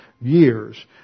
years